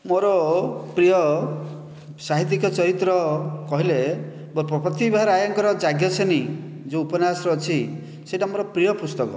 ମୋର ପ୍ରିୟ ସାହିତ୍ୟିକ ଚରିତ୍ର କହିଲେ ପ୍ରତିଭା ରାୟଙ୍କର ଯାଜ୍ଞସେନୀ ଯେଉଁ ଉପନ୍ୟାସ ଅଛି ସେଇଟା ମୋର ପ୍ରିୟ ପୁସ୍ତକ